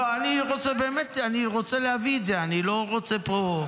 לא, אני רוצה להביא את זה, אני לא רוצה לנגח.